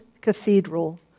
cathedral